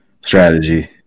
Strategy